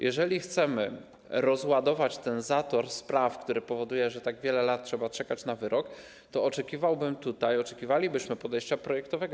Jeżeli chcemy rozładować ten zator spraw, który powoduje, że tak wiele lat trzeba czekać na wyrok, to oczekiwałbym, oczekiwalibyśmy podejścia projektowego.